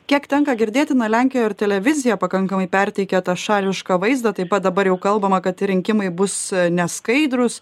kiek tenka girdėti na lenkijoj ir televizija pakankamai perteikia tą šališką vaizdą taip pat dabar jau kalbama kad rinkimai bus neskaidrūs